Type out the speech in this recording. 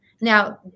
Now